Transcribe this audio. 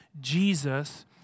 Jesus